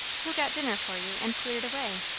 who got dinner for you, and cleared away?